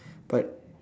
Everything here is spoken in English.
but